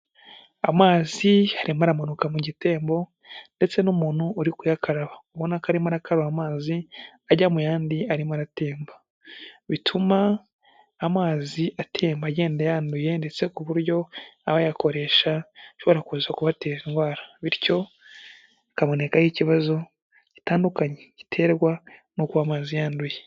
Amazi arimo aramanuka mu gitembo, ndetse n'umuntu uri kuyakaraba ubona ko arimo arakaraba amazi ajya mu yandi arimo aratemba. Bituma amazi atemba agenda yanduye, ndetse ku buryo abayakoresha ashobora kuza kubatera indwara, bityo hakaboneka ikibazo gitandukanye giterwa n'uko amazi yanduye.